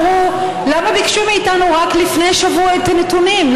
אמרנו אחרי מלחמת יום הכיפורים שחשוב